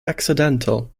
accidental